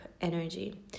energy